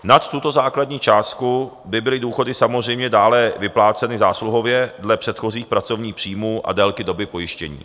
Nad tuto základní částku by byly důchody samozřejmě dále vypláceny zásluhově dle předchozích pracovních příjmů a délky doby pojištění.